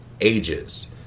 ages